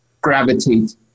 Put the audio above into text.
gravitate